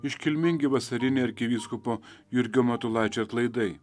iškilmingi vasariniai arkivyskupo jurgio matulaičio atlaidai